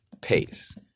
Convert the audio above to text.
pace